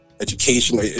education